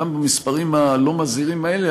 גם במספרים הלא-מזהירים האלה,